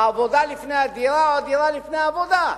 העבודה לפני הדירה או הדירה לפני העבודה?